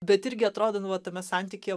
bet irgi atrodo nu va tame santykyje